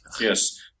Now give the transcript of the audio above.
Yes